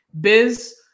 Biz